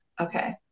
okay